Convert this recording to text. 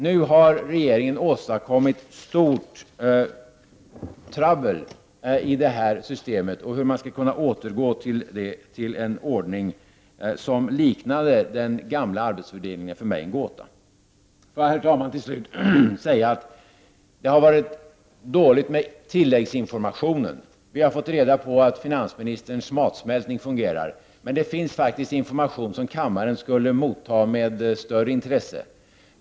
Nu har regeringen åstadkommit stort trubbel i det här systemet, och hur man skall kunna återgå till en ordning som liknar den gamla arbetsfördelningen är för mig en gåta. Låt mig, herr talman, till slut säga att det har varit dåligt med tilläggsinformationen. Vi har fått reda på att finansministerns matsmältning fungerar, men det finns faktiskt information som kammaren skulle motta med större intresse.